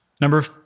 Number